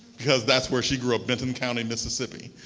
because that's where she grew up, bentham county, mississippi.